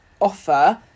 offer